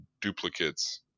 duplicates